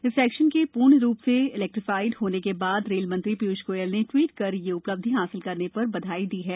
इस सेक्शन के पूर्ण रूप से इलेक्ट्रिफाइड होने के बाद रेल मंत्री पीयूष गोयल ने ट्वीट कर यह उपलब्धि हासिल करने पर बधाई दी है